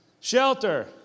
Shelter